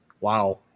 Wow